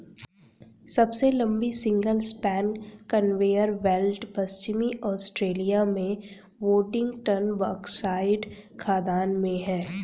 सबसे लंबी single span conveyor belt पश्चिमी ऑस्ट्रेलिया में बोडिंगटन बॉक्साइट खदान में है